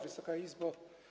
Wysoka Izbo!